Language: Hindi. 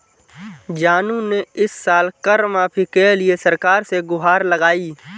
जानू ने इस साल कर माफी के लिए सरकार से गुहार लगाई